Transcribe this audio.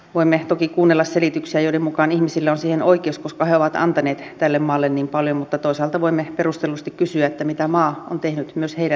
voimme toki kuunnella selityksiä joiden mukaan ihmisillä on siihen oikeus koska he ovat antaneet tälle maalle niin paljon mutta toisaalta voimme perustellusti kysyä mitä maa on tehnyt myös heidän hyväkseen